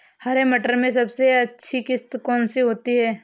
हरे मटर में सबसे अच्छी किश्त कौन सी होती है?